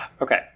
okay